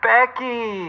Becky